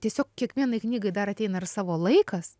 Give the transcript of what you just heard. tiesiog kiekvienai knygai dar ateina ir savo laikas